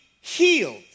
healed